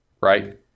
right